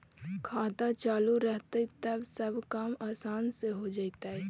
खाता चालु रहतैय तब सब काम आसान से हो जैतैय?